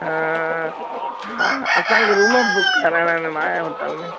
हा असांखे room book कराइणा अहिनि माया होटल में